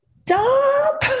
Stop